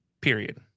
period